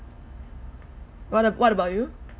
what what about you